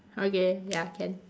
okay ya can